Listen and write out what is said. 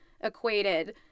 equated